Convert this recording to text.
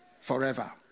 forever